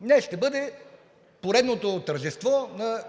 Днес ще бъде поредното тържество на